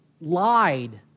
lied